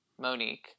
Monique